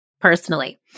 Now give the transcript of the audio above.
personally